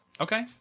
Okay